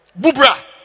Bubra